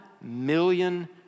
million